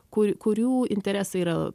kur kurių interesai yra